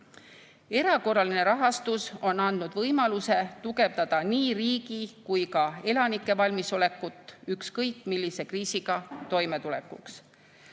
Erakorraline rahastus on andnud võimaluse tugevdada nii riigi kui ka elanike valmisolekut ükskõik millise kriisiga toimetulekuks.